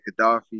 Gaddafi